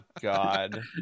god